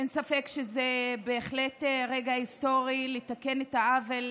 אין ספק שזה בהחלט רגע היסטורי לתקן את העוול